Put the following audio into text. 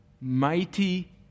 Mighty